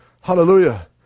Hallelujah